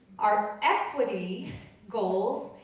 our equity goals,